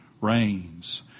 reigns